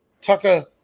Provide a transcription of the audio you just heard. Tucker